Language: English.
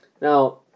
Now